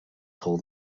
call